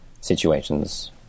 situations